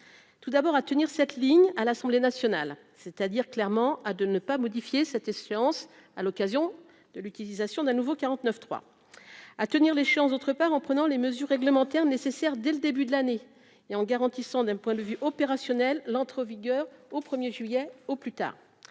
tout d'abord à tenir cette ligne à l'Assemblée nationale, c'est-à-dire clairement à de ne pas modifier cette échéance, à l'occasion de l'utilisation d'un nouveau 49 3 à tenir l'échéance d'autre part, en prenant les mesures réglementaires nécessaires dès le début de l'année et en garantissant d'un point de vue opérationnel, l'entrée en vigueur au 1er juillet au plus tard,